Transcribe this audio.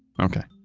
okay.